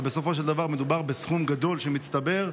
אבל בסופו של דבר מדובר בסכום גדול שמצטבר,